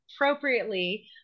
appropriately